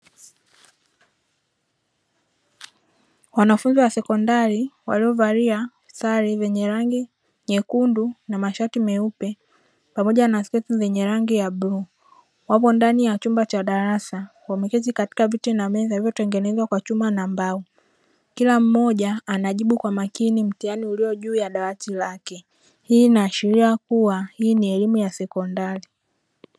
Wanafunzi wa sekondari waliovalia sare zenye rangi nyekundu na masharti meupe pamoja na sketi zenye rangi ya bluu, wapo ndani ya chumba cha darasa wameketi katika viti na meza vilivyotengenezwa kwa chuma na mbao, kila mmoja anajibu kwa makini mtihani ulio juu ya dawati lake, hii inaashiria kuwa hii ni elimu ya sekondari.